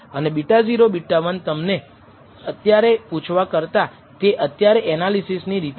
અને β0 β1 તમને અત્યારે પૂછવા કરતા તે અત્યારે એનાલિસિસની રીતે કરી શકાય